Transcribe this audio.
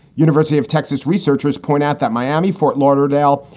university of texas researchers point out that miami, fort lauderdale,